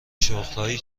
شغلهایی